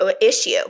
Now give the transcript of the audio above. issue